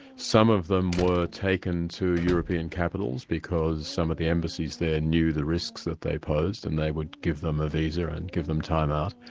some of them were taken to european capitals because some of the embassies there knew the risks that they posed, and they would give them a visa and give them time out.